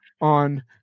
on